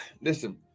listen